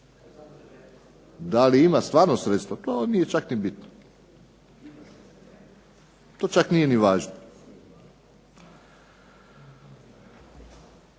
Da li ima stvarno sredstva to nije čak ni bitno, to čak nije ni važno.